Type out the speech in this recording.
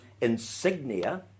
insignia